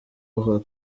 buhoro